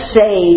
say